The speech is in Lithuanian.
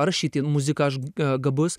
rašyti muziką aš a gabus